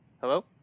Hello